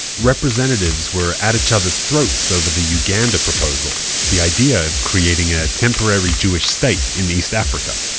representatives were at each other's throats over the uganda proposal the idea of creating a temporary jewish state in east africa